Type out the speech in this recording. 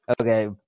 Okay